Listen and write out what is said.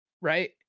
right